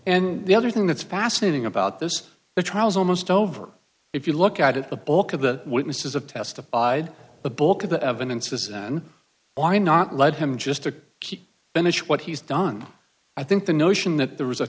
and the other thing that's fascinating about this the trial is almost over if you look at it the bulk of the witnesses have testified the bulk of the evidence is then why not let him just to keep benish what he's done i think the notion that there was a